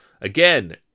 Again